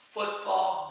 Football